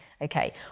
Okay